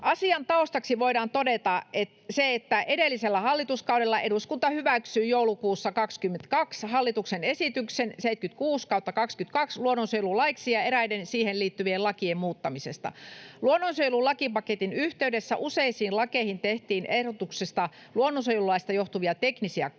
Asian taustaksi voidaan todeta se, että edellisellä hallituskaudella eduskunta hyväksyi joulukuussa 22 hallituksen esityksen 76/2022 luonnonsuojelulaiksi ja eräiden siihen liittyvien lakien muuttamisesta. Luonnonsuojelulakipaketin yhteydessä useisiin lakeihin tehtiin ehdotetusta luonnonsuojelulaista johtuvia teknisiä